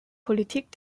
politik